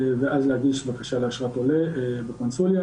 ואז להגיש בקשת לאשרת עולה בקונסוליה.